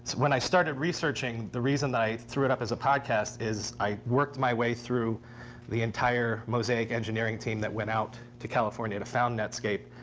when i started researching, the reason i threw it up as a podcast is i worked my way through the entire mosaic engineering team that went out to california to found netscape,